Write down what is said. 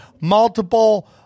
multiple